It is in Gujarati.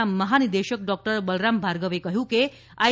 ના મહાનિદેશક ડોક્ટર બલરામ ભાર્ગવે કહ્યું કે આઇ